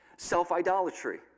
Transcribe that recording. Self-idolatry